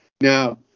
Now